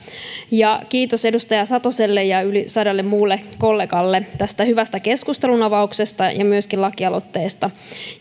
kiitos edustaja satoselle ja yli sadalle muulle kollegalle tästä hyvästä keskustelunavauksesta ja myöskin lakialoitteesta